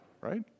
right